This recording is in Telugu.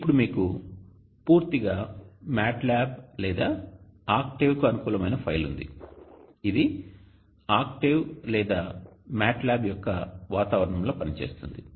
ఇప్పుడు మీకు పూర్తిగా MATLAB లేదా OCTAVE కు అనుకూలమైన ఫైల్ ఉంది ఇది OCTAVE లేదా MATLAB యొక్క వాతావరణంలో పని చేస్తుంది